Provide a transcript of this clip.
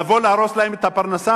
לבוא להרוס להם את הפרנסה?